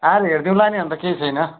आएर हेरिदिउँला नि अन्त केही छैन